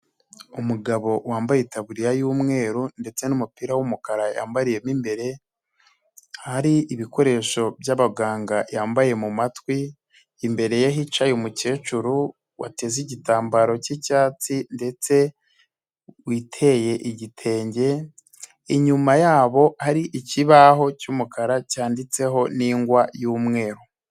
Umugabo wambaye itaburiya y'umweru ndetse n'umupira w'umukara yambariyemo imbere, hari ibikoresho byabaganga yambaye mu matwi, imbere ye hicaye umukecuru wateze igitambaro k'icyatsi ndetse witeye igitenge, inyuma yabo hari ikibaho cy'umukara cyanditseho n'ingwa y'umweru.